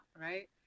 right